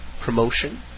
promotion